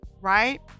right